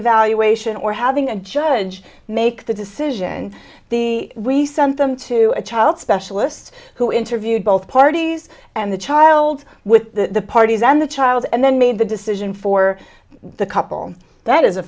evaluation or having a judge make the cision the we sent them to a child specialist who interviewed both parties and the child with the parties and the child and then made the decision for the couple that is a